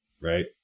right